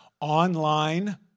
online